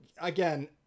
again